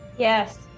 Yes